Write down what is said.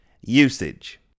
Usage